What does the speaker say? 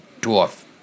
dwarf